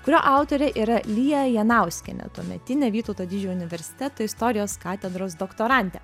kurio autorė yra lija janauskienė tuometinė vytauto didžiojo universiteto istorijos katedros doktorantė